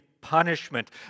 punishment